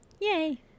Yay